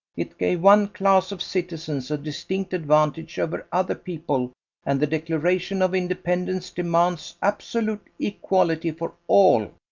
it gave one class of citizens a distinct advantage over other people and the declaration of independence demands absolute equality for all.